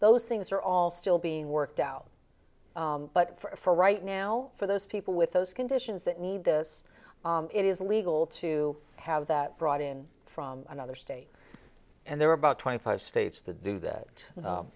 those things are all still being worked out but for right now for those people with those conditions that need this it is legal to have that brought in from another state and there are about twenty five states to do that